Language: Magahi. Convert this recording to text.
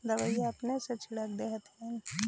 दबइया अपने से छीरक दे हखिन?